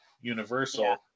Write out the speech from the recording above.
Universal